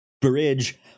bridge